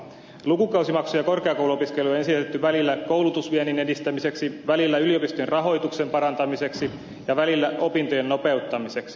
lukukausimaksuja korkeakouluopiskelijoille on esitetty välillä koulutusviennin edistämiseksi välillä yliopistojen rahoituksen parantamiseksi ja välillä opintojen nopeuttamiseksi